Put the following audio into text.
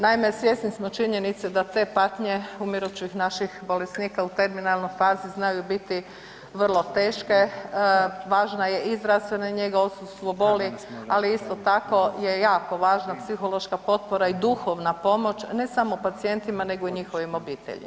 Naime, svjesni smo činjenice da te patnje umirućih naših bolesnika u terminalnoj fazi znaju biti vrlo teške, važna je i zdravstvena njega, odsustvo boli, ali isto tako je jako važna psihološka potpora i duhovna pomoć ne samo pacijentima nego i njihovim obiteljima.